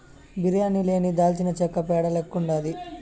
బిర్యానీ లేని దాల్చినచెక్క పేడ లెక్కుండాది